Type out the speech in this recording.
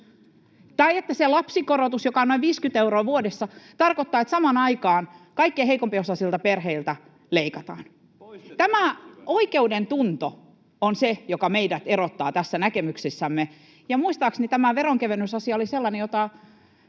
ja että se lapsikorotus, joka on noin 50 euroa vuodessa, tarkoittaa, että samaan aikaan kaikkein heikko-osaisimmilta perheiltä leikataan. [Timo Harakka: Poistetaan lapsivähennys!] Tämä oikeudentunto on se, joka meidät tässä erottaa näkemyksissämme, ja muistaakseni tämä veronkevennysasia oli sellainen, jota